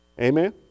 Amen